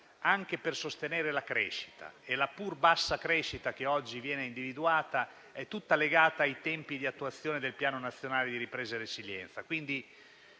anche per sostenere la crescita e la pur bassa crescita che oggi viene individuata è tutta legata ai tempi di attuazione del Piano nazionale di ripresa e resilienza.